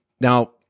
Now